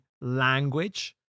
language